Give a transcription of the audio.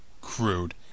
crude